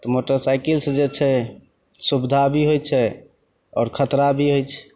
तऽ मोटरसाइकिलसे जे छै सुविधा भी होइ छै आओर खतरा भी होइ छै